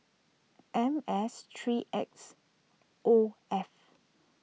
M S three X O F